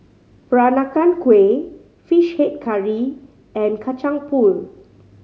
Peranakan Kueh Fish Head Curry and Kacang Pool